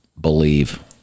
Believe